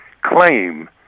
claim